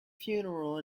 funeral